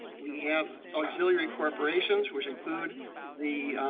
we have auxiliary corporations, which include the